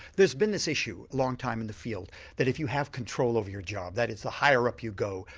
there's been this issue a long time in the field that if you have control over your job, that is the higher up you go,